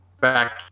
back